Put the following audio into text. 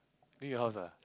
near your house ah